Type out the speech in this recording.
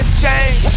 change